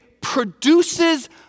produces